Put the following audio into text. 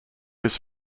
his